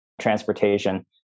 transportation